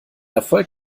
erfolg